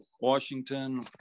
Washington